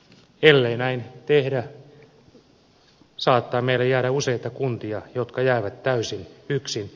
ellei näin tehdä saattaa meillä jäädä useita kuntia jotka jäävät täysin yksin